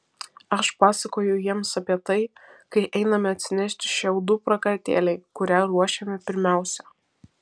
aš pasakoju jiems apie tai kai einame atsinešti šiaudų prakartėlei kurią ruošiame pirmiausia